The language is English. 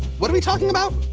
what are we talking about?